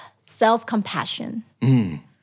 Self-compassion